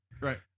Right